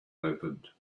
opened